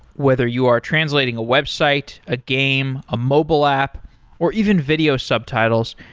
whether you are translating a website, a game, a mobile app or even video subtitles,